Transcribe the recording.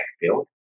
build